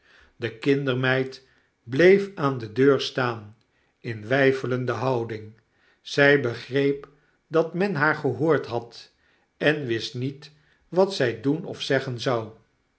de kindermeid bleef aan de deur staan in weifelende houding zy begreep dat men haar gehoord had en wist niet wat zij doen of zeggen zou